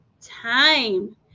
Time